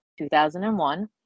2001